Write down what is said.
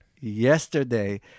yesterday